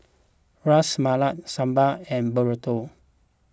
Ras Malai Sambar and Burrito